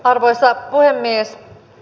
arvoisa puhemies